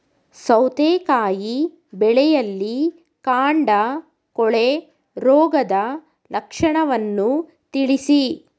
ಸೌತೆಕಾಯಿ ಬೆಳೆಯಲ್ಲಿ ಕಾಂಡ ಕೊಳೆ ರೋಗದ ಲಕ್ಷಣವನ್ನು ತಿಳಿಸಿ?